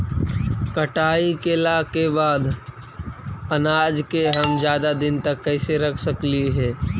कटाई कैला के बाद अनाज के हम ज्यादा दिन तक कैसे रख सकली हे?